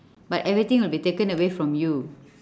but everything will be taken away from you